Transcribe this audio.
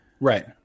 Right